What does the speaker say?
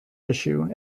issue